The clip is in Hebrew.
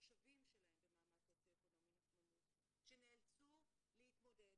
התושבים שלהן במעמד סוציו אקונומי נמוך שנאלצו להתמודד